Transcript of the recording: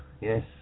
yes